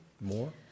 more